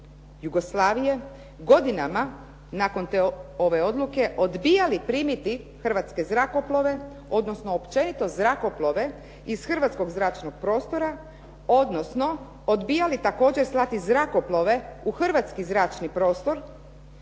Jugoslavije godinama nakon ove odluke odbijali primiti hrvatske zrakoplove, odnosno općenito zrakoplove iz hrvatskog zračnog prostora odnosno odbijali također slati zrakoplove u hrvatski zračni prostor